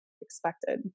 expected